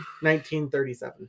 1937